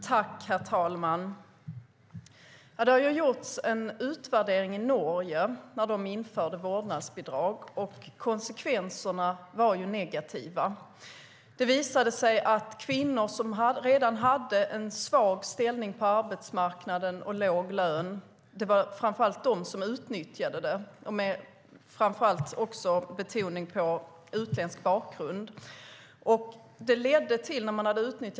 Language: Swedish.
Herr talman! Det har gjorts en utvärdering i Norge av vårdnadsbidraget. Konsekvenserna var negativa. Det visade sig att det framför allt var kvinnor som redan hade en svag ställning på arbetsmarknaden och låg lön, med betoning på utländsk bakgrund, som utnyttjade det.